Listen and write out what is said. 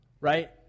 right